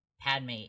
Padme